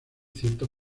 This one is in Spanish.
ciertos